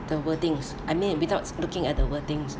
the wordings I mean without looking at the wordings